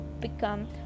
become